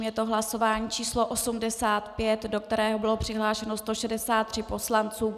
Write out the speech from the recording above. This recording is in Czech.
Je to hlasování číslo 85, do kterého bylo přihlášeno 163 poslanců.